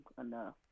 enough